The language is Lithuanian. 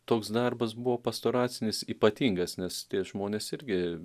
toks darbas buvo pastoracinis ypatingas nes tie žmonės irgi